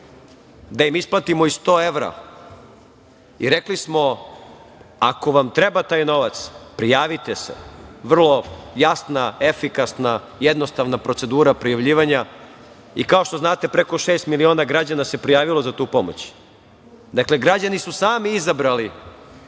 da im isplatimo 100 evra. Rekli smo, ako vam treba taj novac – prijavite se. Vrlo jasna, efikasna, jednostavna procedura prijavljivanja. Kao što znate, preko šest miliona građana se prijavilo za tu pomoć. Dakle, građani su sami izabrali